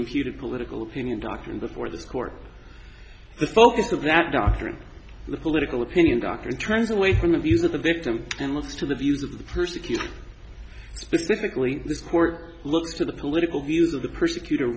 imputed political opinion doctrine before the court the focus of that doctrine the political opinion doctrine turns away from the views of the victim and look to the views of the persecuted specifically the court looks at the political views of the persecut